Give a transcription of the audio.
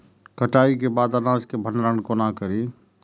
कटाई के बाद अनाज के भंडारण कोना करी?